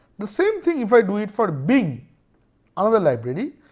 the same thing if i do it for bing another library